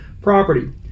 property